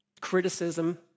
criticism